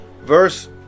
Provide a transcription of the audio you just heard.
verse